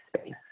space